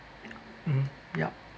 mmhmm mm yup